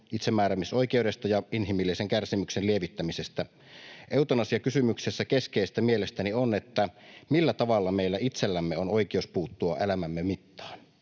itsemääräämisoikeudesta ja inhimillisen kärsimyksen lievittämisestä. Eutanasiakysymyksessä keskeistä mielestäni on, millä tavalla meillä itsellämme on oikeus puuttua elämämme mittaan,